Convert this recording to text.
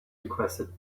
requested